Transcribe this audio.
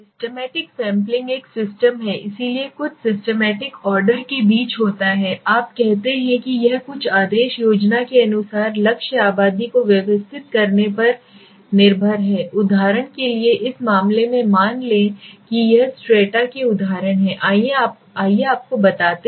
systematic sampling एक system है इसलिए कुछ सिस्टेमैटिक आर्डर के बीच होता है आप कहते हैं कि यह कुछ आदेश योजना के अनुसार लक्ष्य आबादी को व्यवस्थित करने पर निर्भर है उदाहरण के लिए इस मामले में मान लें कि छह स्ट्रैटा के उदाहरण हैं आइए आपको बताते हैं